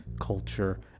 culture